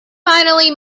finally